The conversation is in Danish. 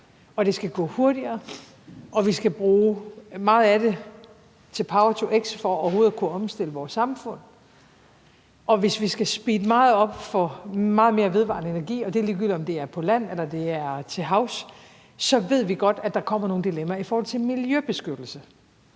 det skal gå hurtigere, og vi skal bruge meget af det til power-to-x for overhovedet at kunne omstille vores samfund, og hvis vi skal speede meget op for meget mere vedvarende energi – og det er ligegyldigt, om det er på land, eller det er til havs – så ved vi godt, at der på den anden side kommer nogle dilemmaer i forhold til miljøbeskyttelse.